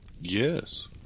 Yes